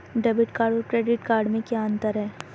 Debit card और credit card में क्या अंतर है?